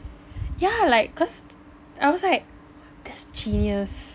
yeah like cause I was like that's genius